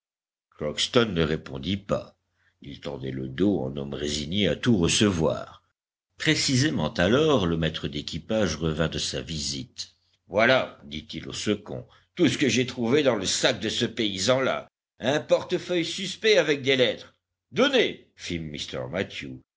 crockston ne répondit pas il tendait le dos en homme résigné à tout recevoir précisément alors le maître d'équipage revint de sa visite voilà dit-il au second tout ce que j'ai trouvé dans le sac de ce paysan là un portefeuille suspect avec des lettres donnez fit mr mathew